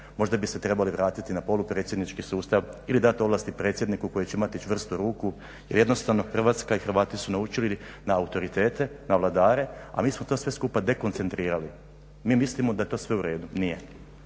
možda bi se trebali vratiti na polupredsjednički sustav ili dati ovlasti predsjedniku koji će imati čvrstu ruku jer jednostavno Hrvatska i Hrvati su naučili na autoritete, na vladare a mi smo to sve skupa dekoncentrirali. Mi mislimo da je to sve u redu, nije.